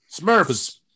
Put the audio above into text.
smurfs